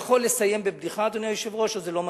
אני יכול לסיים בבדיחה או שזה לא מתאים?